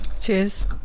Cheers